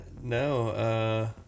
no